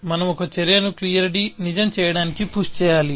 మనం ఒక చర్యను క్లియర్ నిజం చేయటానికి పుష్ చేయాలి